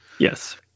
Yes